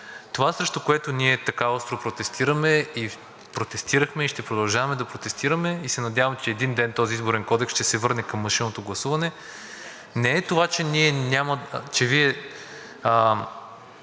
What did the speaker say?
Това, срещу което ние така остро протестираме и протестирахме, и ще продължаваме да протестираме, и се надяваме, че един ден този Изборен кодекс ще се върне към машинното гласуване, не само че Вие го